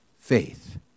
faith